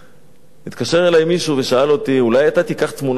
התקשר אלי מישהו ושאל אותי: אולי אתה תיקח תמונה שלו ותקרע?